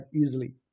easily